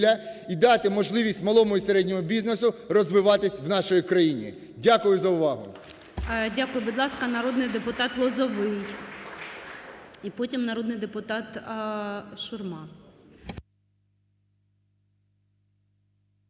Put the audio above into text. і дати можливість малому і середньому бізнесу розвиватись в нашій країні. Дякую за увагу. ГОЛОВУЮЧИЙ. Дякую. Будь ласка, народний депутат Лозовий і потім народний депутат Шурма.